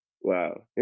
Wow